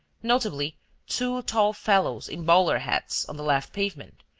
notably two tall fellows in bowler hats on the left pavement,